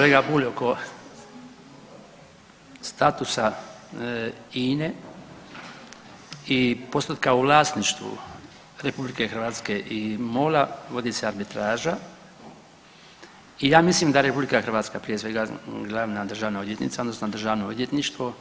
Kolega Bulj, oko statusa INE i postotka u vlasništvu RH i MOL-a vodi se arbitraža i ja mislim da RH prije svega glavna državna odvjetnica odnosno državno odvjetništvo